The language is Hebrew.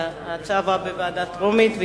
ההצעה עברה בקריאה טרומית,